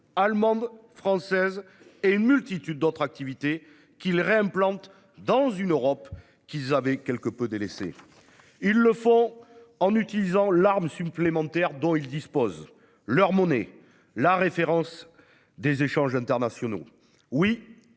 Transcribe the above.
allemande et française, mais aussi une multitude d'autres activités, qu'ils réimplantent dans une Europe qu'ils avaient quelque peu délaissée. Ils le font en utilisant l'arme supplémentaire dont ils disposent : leur monnaie, la référence dans les échanges internationaux.